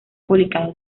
publicado